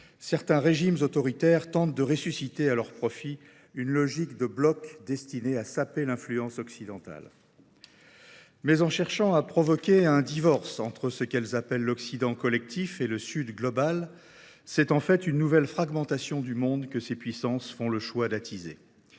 certains régimes autoritaires tentent de ressusciter à leur profit une logique de blocs destinée à saper l’influence occidentale. Néanmoins, en cherchant à provoquer un divorce entre ce qu’elles appellent l’Occident collectif et le Sud global, c’est en fait une nouvelle fragmentation du monde que ces puissances font le choix d’attiser.